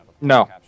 No